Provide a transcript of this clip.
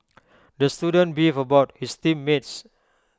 the student beefed about his team mates